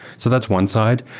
so that's one side.